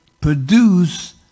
produce